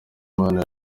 imana